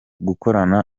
gukorana